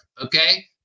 okay